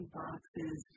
boxes